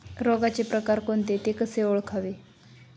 रोगाचे प्रकार कोणते? ते कसे ओळखावे?